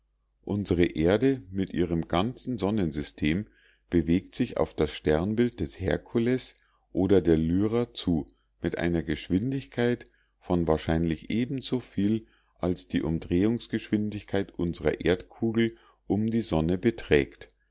unsere erde mit ihrem ganzen sonnensystem bewegt sich auf das sternbild des herkules oder der lyra zu mit einer geschwindigkeit von wahrscheinlich ebensoviel als die umdrehungsgeschwindigkeit unsrer erdkugel um die sonne beträgt